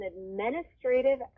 administrative